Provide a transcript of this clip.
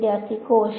വിദ്യാർത്ഥി കോഷ്